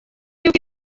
yuko